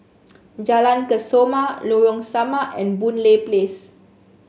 Jalan Kesoma Lorong Samak and Boon Lay Place